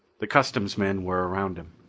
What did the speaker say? the customs men were around him.